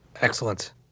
Excellent